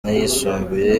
n’ayisumbuye